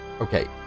Okay